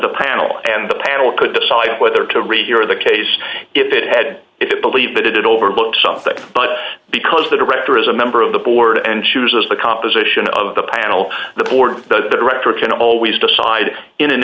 the panel and the panel could decide whether to rehear the case if it had it believe that it overlooked something but because the director is a member of the board and chooses the composition of the panel the board the director can always decide in an